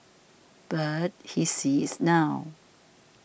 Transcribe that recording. but he sees is now